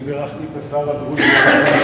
אני בירכתי את השר הדרוזי הראשון בממשלה.